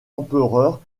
empereur